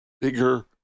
bigger